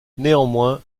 néanmoins